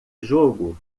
jogo